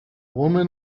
woman